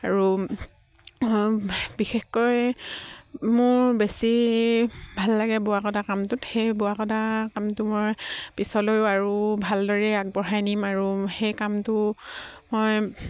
আৰু বিশেষকৈ মোৰ বেছি ভাল লাগে বোৱা কটা কামটোত সেই বোৱা কটা কামটো মই পিছলৈও আৰু ভালদৰেই আগবঢ়াই নিম আৰু সেই কামটো মই